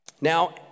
Now